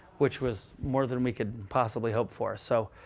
which was more than we could possibly hope for. so